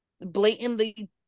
blatantly